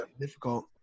difficult